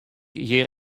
hjir